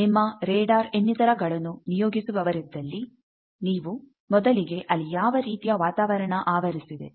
ನಿಮ್ಮ ರೆಡಾರ್ ಇನ್ನಿತರಗಳನ್ನು ನೀಯೋಗಿಸುವವರಿದ್ದಲ್ಲಿ ನೀವು ಮೊದಲಿಗೆ ಅಲ್ಲಿ ಯಾವ ರೀತಿಯ ವಾತಾವರಣ ಆವರಿಸಿದೆ